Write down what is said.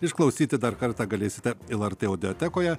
išklausyti dar kartą galėsite lrt audiotekoje